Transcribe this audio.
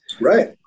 right